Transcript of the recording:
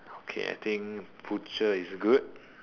okay I think butcher is good